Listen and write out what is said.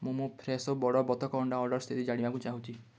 ମୁଁ ମୋ ଫ୍ରେସୋ ବଡ଼ ବତକ ଅଣ୍ଡା ଅର୍ଡ଼ର୍ ସ୍ଥିତି ଜାଣିବାକୁ ଚାହୁଁଛି